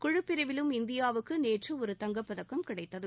குழு பிரிவிலும் இந்தியாவுக்கு நேற்று ஒரு தங்கப்பதக்கம் கிடைத்தது